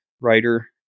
writer